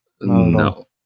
no